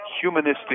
humanistic